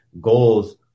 goals